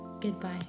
Goodbye